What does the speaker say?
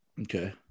okay